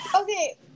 Okay